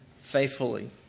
faithfully